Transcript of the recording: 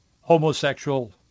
homosexual